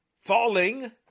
falling